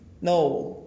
No